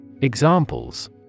Examples